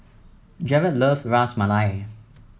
Jarod love Ras Malai